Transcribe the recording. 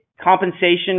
Compensation